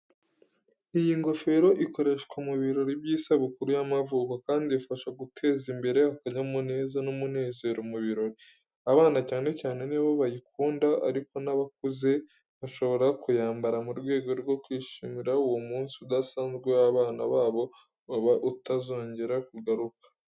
Iyi ngofero ikoreshwa mu birori by’isabukuru y’amavuko, kandi ifasha guteza imbere akanyamuneza n'umunezero mu birori. Abana cyane cyane ni bo bayikunda, ariko n’abakuze bashobora kuyambara mu rwego rwo kwishimira uwo munsi udasanzwe w'abana babo uba utazongera kugaruka.